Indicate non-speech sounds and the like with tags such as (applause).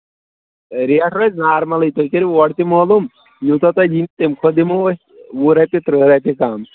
rate روزِ نارمَلٕے تُہۍ کٔرِو اورٕ تہِ مولوٗم یوٗتاہ تۄہہِ (unintelligible) تَمہِ کھۄتہٕ دِمو أسۍ وُہ رۄپیہِ تٕرٛہ رۄپیہِ کَم